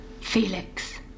Felix